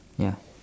ya